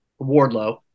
Wardlow